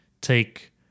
take